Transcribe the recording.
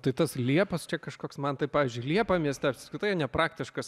tai tas liepas čia kažkoks man tai pavyzdžiui liepa mieste apskritai nepraktiškas